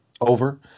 over